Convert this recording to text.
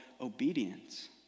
obedience